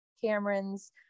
Cameron's